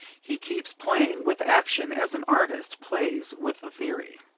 he keeps playing with action as an artist plays with a theory.